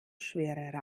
schwere